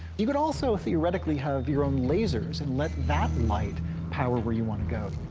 you could also, theoretically, have your own lasers and let that light power where you want to go.